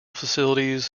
facilities